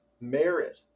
merit